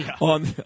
on